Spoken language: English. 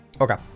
Okay